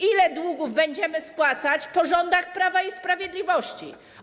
Ile długów będziemy spłacać po rządach Prawa i Sprawiedliwości?